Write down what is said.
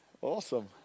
awesome